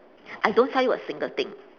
I don't sell you a single thing